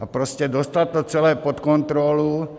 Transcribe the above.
A prostě dostat to celé pod kontrolu.